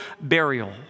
burial